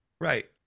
Right